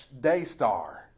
Daystar